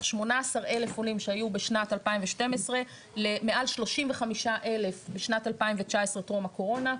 18,000 עולים שהיו בשנת 2012 למעל 35,000 בשנת 2019 טרום הקורונה.